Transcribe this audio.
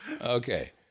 Okay